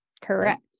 Correct